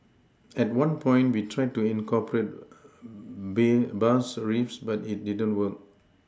at one point we tried to incorporate bass riffs but it didn't work